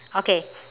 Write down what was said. okay